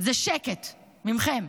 זה שקט ממכם,